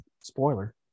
spoiler